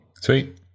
Sweet